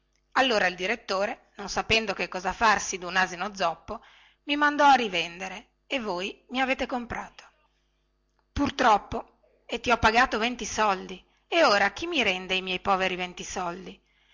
allora il direttore non sapendo che cosa farsi dun asino zoppo mi mandò a rivendere e voi mi avete comprato pur troppo e ti ho pagato venti soldi e ora chi mi rende i miei poveri venti soldi